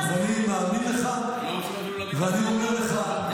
אבל אף אחד לא רוצה לדבר איתנו.